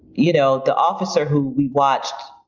you know the officer who we watched